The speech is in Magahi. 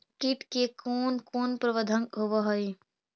किट के कोन कोन प्रबंधक होब हइ?